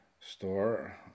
Store